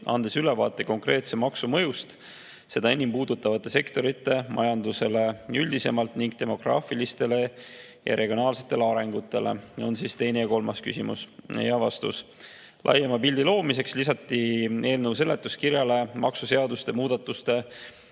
andes ülevaate konkreetse maksu mõjust seda enim puudutavatele sektoritele, majandusele üldisemalt ning demograafilisele ja regionaalsele arengule?" on siis teine ja kolmas küsimus. Ja vastus. Laiema pildi loomiseks lisati eelnõu seletuskirjale maksuseaduste muudatuste